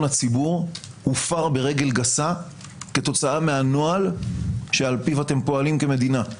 הציבור הופר ברגל גסה כתוצאה מהנוהל שעל פיו אתם פועלים כמדינה.